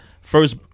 First